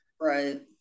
Right